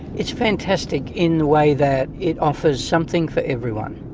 it's fantastic in the way that it offers something for everyone.